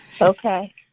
Okay